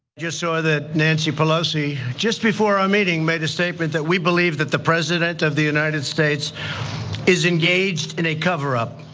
just so ah that nancy pelosi, just before our meeting made a statement that we believe that the president of the united states is engaged in a cover up.